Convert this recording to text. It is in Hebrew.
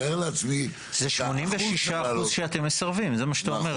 זה 86% שאתם מפרסמים, זה מה שאתה אומר.